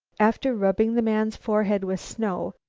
after rubbing the man's forehead with snow,